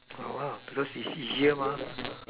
ya lah well because it's easier mah